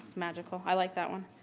magical i like that one.